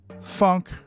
funk